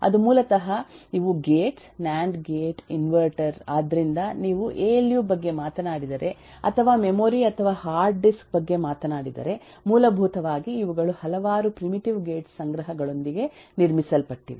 ಅದು ಮೂಲತಃ ಇವು ಗೇಟ್ಸ್ ನ್ಯಾಂಡ್ ಗೇಟ್ ಇನ್ವರ್ಟರ್ ಆದ್ದರಿಂದ ನೀವು ಎ ಎಲ್ ಯು ಬಗ್ಗೆ ಮಾತನಾಡಿದರೆ ಅಥವಾ ಮೆಮೊರಿ ಅಥವಾ ಹಾರ್ಡ್ ಡಿಸ್ಕ್ ಬಗ್ಗೆ ಮಾತನಾಡಿದರೆ ಮೂಲಭೂತವಾಗಿ ಇವುಗಳು ಹಲವಾರು ಪ್ರಿಮಿಟಿವ್ ಗೇಟ್ಸ್ ಸಂಗ್ರಹಗಳೊಂದಿಗೆ ನಿರ್ಮಿಸಲ್ಪಟ್ಟಿವೆ